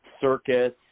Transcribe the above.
circus